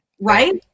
right